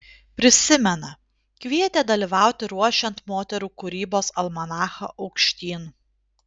prisimena kvietė dalyvauti ruošiant moterų kūrybos almanachą aukštyn